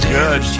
good